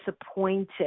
disappointed